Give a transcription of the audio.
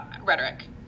rhetoric